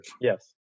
Yes